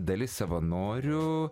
dalis savanorių